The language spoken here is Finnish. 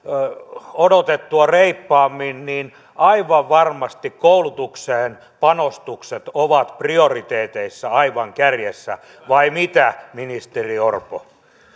odotettua reippaammin niin aivan varmasti koulutukseen panostukset ovat prioriteeteissa aivan kärjessä vai mitä ministeri orpo